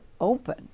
open